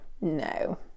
No